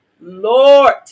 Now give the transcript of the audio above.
Lord